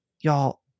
y'all